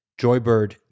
Joybird